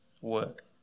work